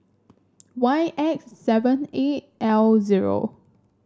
Y X seven eight L zero